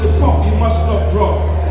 must not drop